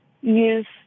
Use